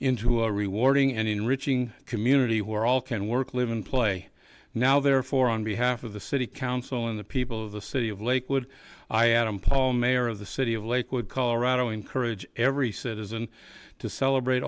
into a rewarding and enriching community who are all can work live and play now therefore on behalf of the city council and the people of the city of lakewood i am paul mayor of the city of lakewood colorado encourage every citizen to celebrate